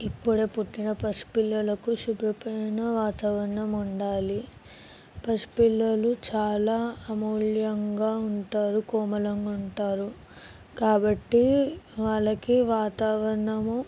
ఇప్పుడు పుట్టిన పసిపిల్లలకు శుభ్రమైన వాతావరణం ఉండాలి పసిపిల్లలు చాలా అమూల్యంగా ఉంటారు కోమలంగా ఉంటారు కాబట్టి వాళ్ళకి వాతావరణము